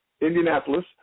Indianapolis